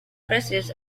precious